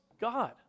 God